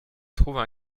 trouvent